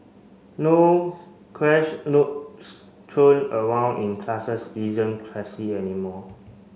no crash notes thrown around in classes isn't classy anymore